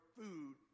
food